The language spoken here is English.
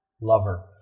lover